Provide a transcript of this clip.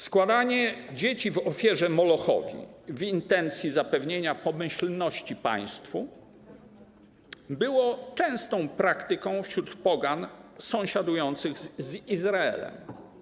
Składanie dzieci w ofierze Molochowi w intencji zapewnienia pomyślności państwu było częstą praktyką wśród pogan sąsiadujących z Izraelem.